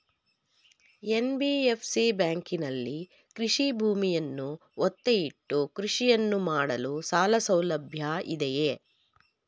NBFC ಬ್ಯಾಂಕಿನಲ್ಲಿ ಕೃಷಿ ಭೂಮಿಯನ್ನು ಒತ್ತೆ ಇಟ್ಟುಕೊಂಡು ಕೃಷಿಯನ್ನು ಮಾಡಲು ಸಾಲಸೌಲಭ್ಯ ಇದೆಯಾ?